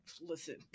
listen